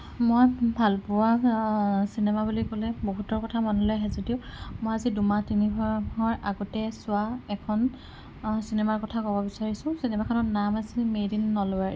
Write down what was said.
মই ভালপোৱা চিনেমা বুলি ক'লে বহুতৰ কথা মনলে আহে যদিও মই আজি দুমাহ তিনিমাহৰ আগতেই চোৱা এখন চিনেমাৰ কথা ক'ব বিচাৰিছোঁ চিনেমাখনৰ নাম আছিল মেড ইন নলবাৰী